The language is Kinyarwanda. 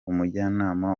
umujyanama